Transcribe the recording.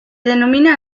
denomina